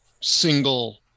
single